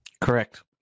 Correct